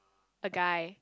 the guy